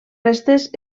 restes